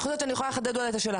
אני חושבת שאני יכולה לחדד את השאלה,